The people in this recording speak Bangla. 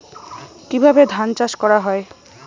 কিভাবে ধান চাষ করা হয়?